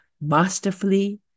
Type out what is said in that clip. masterfully